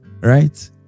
Right